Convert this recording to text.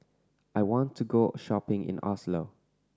I want to go a shopping in Oslo